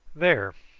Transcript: there,